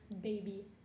baby